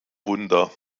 wunder